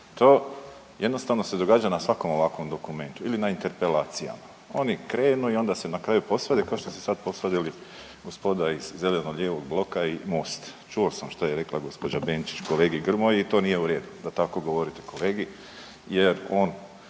To jednostavno se događa na svakom ovakvom dokumentu ili na interpelacijama. Oni krenu i onda se na kraju posvade kao što su se sad posvadili gospoda iz zeleno-lijevog bloka i MOST-a. Čuo sam što je rekla gospođa Benčić kolegi Grmoji i to nije u redu da tako govori kolegi jer on